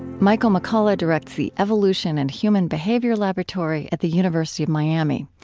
michael mccullough directs the evolution and human behavior laboratory at the university of miami.